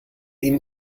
ihm